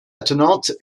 attenante